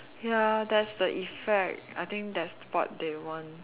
ya that's the effect I think that's what they want